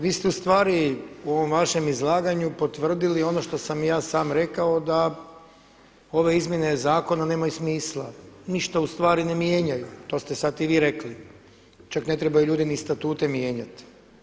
Vi ste ustvari u ovom vašem izlaganju potvrdili ono što sam i ja sam rekao da ove izmjene zakona nemaju smisla, ništa ustvari ne mijenjaju to ste sada i vi rekli, čak ne trebaju ljudi ni statute mijenjati.